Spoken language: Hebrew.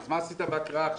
אז מה עשית בהקראה עכשיו?